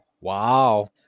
Wow